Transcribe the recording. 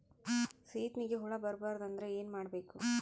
ಸೀತ್ನಿಗೆ ಹುಳ ಬರ್ಬಾರ್ದು ಅಂದ್ರ ಏನ್ ಮಾಡಬೇಕು?